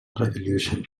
revolution